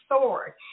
sword